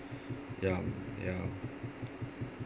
ya ya